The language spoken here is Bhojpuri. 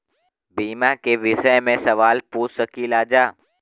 बीमा के विषय मे सवाल पूछ सकीलाजा?